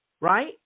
right